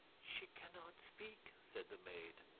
she cannot speak, said the maid.